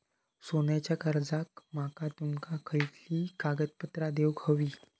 सोन्याच्या कर्जाक माका तुमका खयली कागदपत्रा देऊक व्हयी?